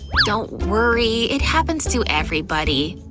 don't worry, it happens to everybody!